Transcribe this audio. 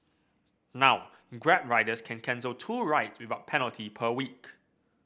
now Grab riders can cancel two rides without penalty per week